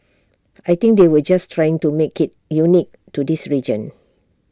I think they were just trying to make IT unique to this region